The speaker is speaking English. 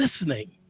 listening